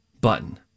button